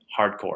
hardcore